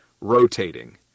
rotating